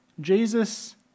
Jesus